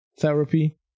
therapy